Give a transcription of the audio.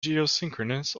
geosynchronous